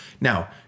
Now